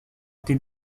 été